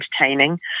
entertaining